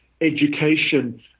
education